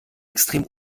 extrem